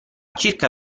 circa